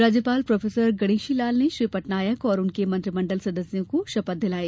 राज्यपाल प्रोफेसर गणेशीलाल ने श्री पटनायक और उनके मंत्रिमंडल सदस्यों को शपथ दिलाई